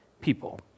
people